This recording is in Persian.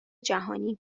جهانی